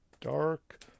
dark